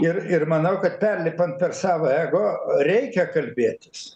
ir ir manau kad perlipant per savo ego reikia kalbėtis